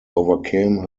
overcame